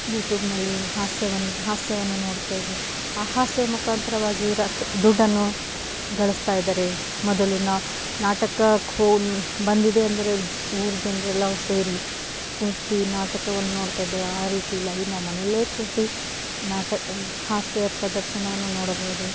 ಯೂಟ್ಯೂಬ್ನಲ್ಲಿ ಹಾಸ್ಯವನ್ನು ಹಾಸ್ಯವನ್ನು ನೋಡ್ತಾಯಿದ್ದು ಆ ಹಾಸ್ಯ ಮುಖಾಂತರವಾಗಿ ದುಡ್ಡನ್ನು ಗಳಿಸ್ತಾಯಿದ್ದಾರೆ ಮೊದಲು ನಾವು ನಾಟಕಕ್ಕೆ ಹೋ ಬಂದಿದ್ದೆ ಅಂದರೆ ಊರ ಜನರೆಲ್ಲ ಸೇರಿ ಪೂರ್ತಿ ನಾಟಕವನ್ನು ನೋಡ್ತಾಯಿದ್ದೆವು ಆ ರೀತಿಯಿಲ್ಲ ಈಗ ನಾವು ಮನೇಲೇ ಕೂತು ನಾಟಕ ಹಾಸ್ಯ ಪ್ರದರ್ಶನವನ್ನು ನೋಡಬಹುದು